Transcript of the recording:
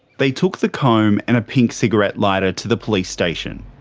they took the comb and a pink cigarette lighter to the police station.